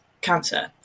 cancer